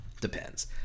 Depends